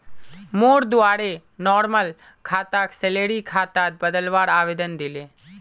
मोर द्वारे नॉर्मल खाताक सैलरी खातात बदलवार आवेदन दिले